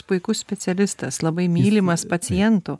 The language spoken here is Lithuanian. puikus puikus specialistas labai mylimas pacientų